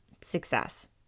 success